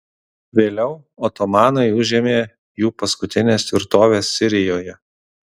vėliau otomanai užėmė jų paskutines tvirtoves sirijoje